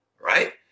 right